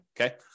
Okay